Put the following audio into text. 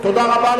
תודה רבה.